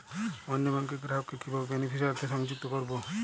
অন্য ব্যাংক র গ্রাহক কে কিভাবে বেনিফিসিয়ারি তে সংযুক্ত করবো?